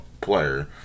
player